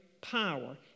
power